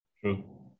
True